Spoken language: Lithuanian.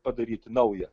padaryti naują